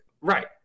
Right